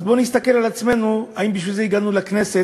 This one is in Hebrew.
אז בואו נסתכל על עצמנו: האם בשביל זה הגענו לכנסת,